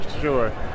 sure